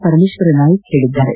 ಪರಮೇಶ್ವರ್ ನಾಯಕ್ ಹೇಳಿದ್ದಾರೆ